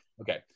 okay